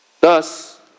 Thus